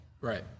Right